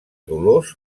dolors